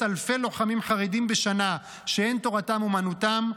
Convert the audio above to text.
אלפי לוחמים חרדים בשנה שאין תורתם אומנותם,